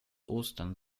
ostern